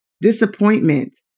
disappointment